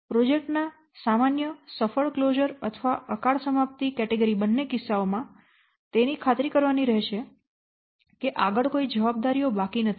project ના સામાન્ય સફળ ક્લોઝર અથવા અકાળ સમાપ્તિ કેટેગરી બંને કિસ્સાઓ માં તેની ખાતરી કરવાની રહેશે કે આગળ કોઈ જવાબદારીઓ બાકી નથી